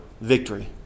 victory